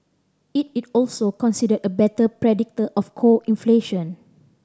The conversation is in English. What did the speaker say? it is also considered a better predictor of core inflation